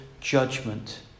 judgment